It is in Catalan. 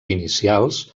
inicials